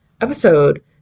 episode